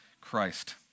Christ